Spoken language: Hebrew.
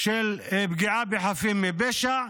של פגיעה בחפים מפשע.